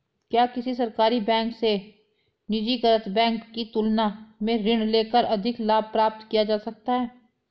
क्या किसी सरकारी बैंक से निजीकृत बैंक की तुलना में ऋण लेकर अधिक लाभ प्राप्त किया जा सकता है?